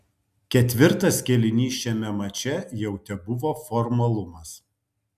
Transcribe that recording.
ketvirtas kėlinys šiame mače jau tebuvo formalumas